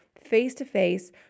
face-to-face